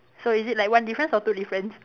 so is it like one difference or two difference